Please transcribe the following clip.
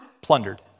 plundered